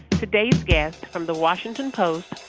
today's guests from the washington post,